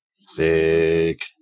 Sick